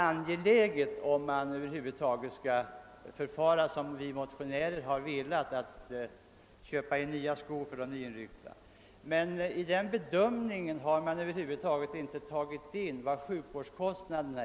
anser att det skall föreligga mycket : angelägna behov för att motionärernas krav på inköp av nya skor till de: nyinryckta värnpliktiga skall kunna tillgodoses. I denna bedömning har man emellertid inte tagit hänsyn till sjukvårdskostnaderna.